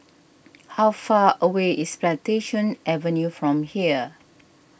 how far away is Plantation Avenue from here